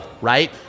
Right